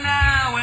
now